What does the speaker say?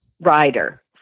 rider